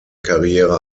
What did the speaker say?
karriere